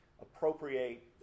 appropriate